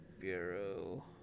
Bureau